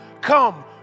come